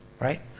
Right